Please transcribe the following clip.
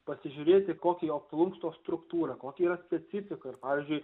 pasižiūrėti kokia jo plunksnos struktūra kokia yra specifika ir pavyzdžiui